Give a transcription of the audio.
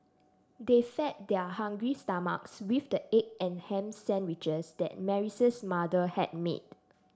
they fed their hungry stomachs with the egg and ham sandwiches that Mary's mother had made